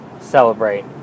celebrate